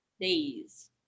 days